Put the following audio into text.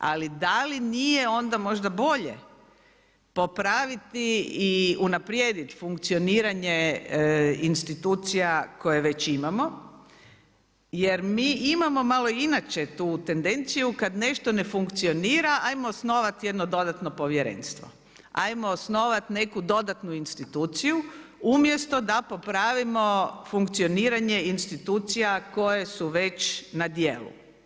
Ali da li nije onda možda bolje popraviti i unaprijediti funkcioniranje institucija koje već imamo jer mi imamo malo i inače tu tendenciju kada nešto ne funkcionira ajmo osnovati jedno dodatno povjerenstvo, ajmo osnovati neku dodatnu instituciju umjesto da popravimo funkcioniranje institucija koje su već na djelu.